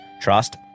trust